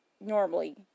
normally